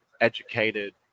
educated